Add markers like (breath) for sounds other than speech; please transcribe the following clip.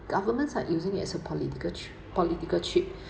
governments are using it as a political chi~ political chip (breath)